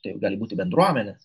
tai gali būti bendruomenės